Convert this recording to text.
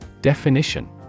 Definition